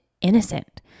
innocent